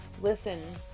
Listen